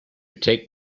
take